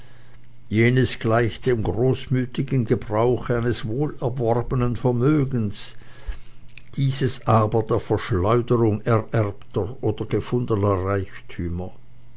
jenes gleicht dem großmütigen gebrauche eines wohlerworbenen vermögens dieses aber der verschleuderung ererbter oder gefundener reichtümer